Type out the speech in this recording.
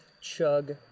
chug